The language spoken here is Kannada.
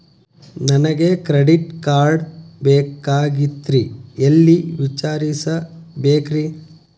ನನಗೆ ಕ್ರೆಡಿಟ್ ಕಾರ್ಡ್ ಬೇಕಾಗಿತ್ರಿ ಎಲ್ಲಿ ವಿಚಾರಿಸಬೇಕ್ರಿ?